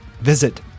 Visit